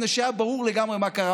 מפני שהיה ברור לגמרי מה קרה.